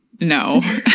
No